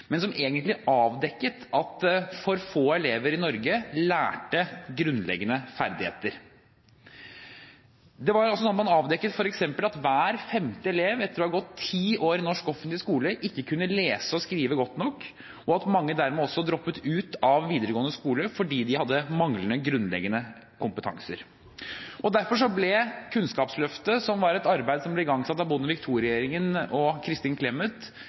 men som egentlig avdekket at for få elever i Norge lærte grunnleggende ferdigheter. Man avdekket f.eks. at hver femte elev, etter å ha gått ti år i norsk offentlig skole, ikke kunne lese og skrive godt nok, og at mange dermed droppet ut av videregående skole fordi de hadde manglende grunnleggende kompetanser. Derfor ble Kunnskapsløftet, som var et arbeid som ble igangsatt av Bondevik II-regjeringen og Kristin Clemet,